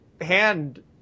hand